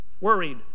worried